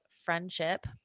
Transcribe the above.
friendship